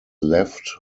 left